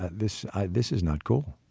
this this is not cool?